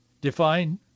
define